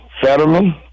Fetterman